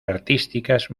artísticas